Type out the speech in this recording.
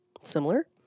Similar